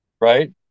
right